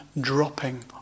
dropping